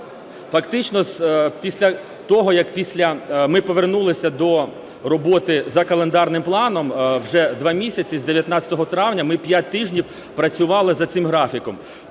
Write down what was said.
Фактично після того, як ми повернулися до роботи за календарним планом, вже 2 місяці, з 19 травня, ми п'ять тижнів працювали за цим графіком,